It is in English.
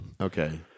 Okay